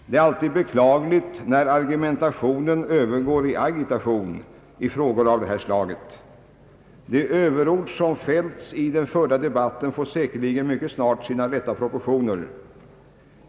Det är alltid beklagligt när argumentationen övergår i agitation i frågor av detta slag. De överord som använts i den förda debatten får säkerligen mycket snart sina rätta proportioner.